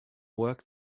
work